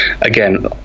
again